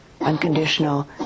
unconditional